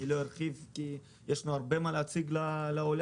אני לא ארחיב כי יש לנו הרבה מה להציג לעולם.